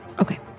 Okay